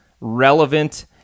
relevant